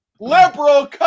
Liberal